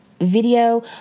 video